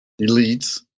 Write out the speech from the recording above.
elites